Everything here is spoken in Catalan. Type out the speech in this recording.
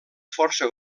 força